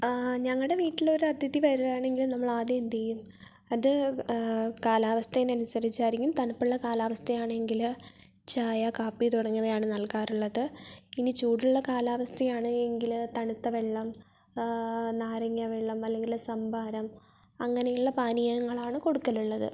ഞങ്ങളുടെ വീട്ടിലൊരു അതിഥി വരികയാണെങ്കിൽ നമ്മൾ ആദ്യം എന്ത് ചെയ്യും അത് കാലാസ്ഥയെ അനുസരിച്ചായിരിക്കും തണുപ്പുള്ള കാലാവസ്ഥ ആണെങ്കിൽ ചായ കാപ്പി തുടങ്ങിയവയാണ് നൽകാറുള്ളത് ഇനി ചൂടുള്ള കാലാവസ്ഥയാണെങ്കില് തണുത്ത വെള്ളം നാരങ്ങ വെള്ളം അല്ലെങ്കിൽ സംഭാരം അങ്ങനെയുള്ള പാനീയങ്ങളാണ് കൊടുക്കൽ ഉള്ളത്